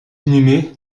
inhumé